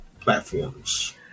platforms